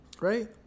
right